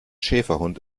schäferhund